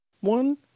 one